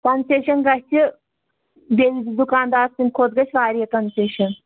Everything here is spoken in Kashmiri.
کَنسیشَن گژھِ بیٚیِس دُکاندار سٕنٛدِ کھۄتہٕ گژھِ واریاہ کَنسیشَن